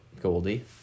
Goldie